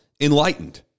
enlightened